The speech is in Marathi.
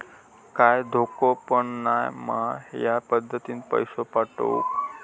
काय धोको पन नाय मा ह्या पद्धतीनं पैसे पाठउक?